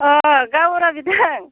अ गावबुरा बिथां